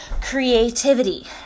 creativity